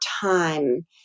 time